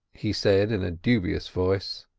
he said in a dubious voice.